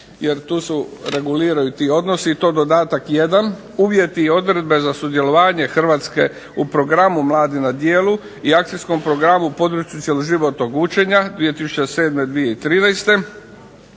jer tu se reguliraju ti odnosi. I to dodatak jedan, uvjeti i odredbe za sudjelovanje Hrvatske u Programi mladi na djelu i Akcijskom programu u području cjeloživotnog učenja 2007.-2013.